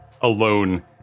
alone